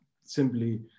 simply